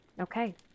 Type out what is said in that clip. Okay